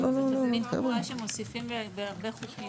זו תבנית קבועה שמוסיפים בהרבה חוקים.